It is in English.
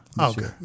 Okay